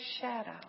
shadow